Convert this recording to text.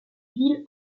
ville